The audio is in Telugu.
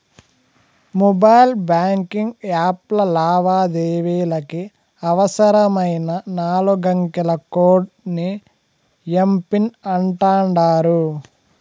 మొబైల్ బాంకింగ్ యాప్ల లావాదేవీలకి అవసరమైన నాలుగంకెల కోడ్ ని ఎమ్.పిన్ అంటాండారు